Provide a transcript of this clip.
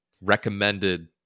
recommended